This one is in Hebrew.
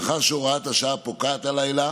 מאחר שהוראת השעה פוקעת הלילה